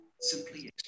Simply